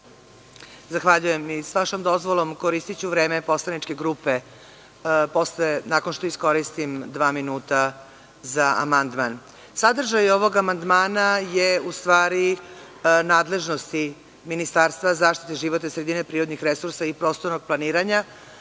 Zahvaljujem. Sa vašom dozvolom, koristiću vreme poslaničke grupe nakon što iskoristim dva minuta za amandman. Sadržaj ovog amandmana je u stvari nadležnost Ministarstva zaštite životne sredine, prirodnih resursa i prostornog planiranja,